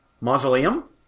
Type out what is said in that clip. mausoleum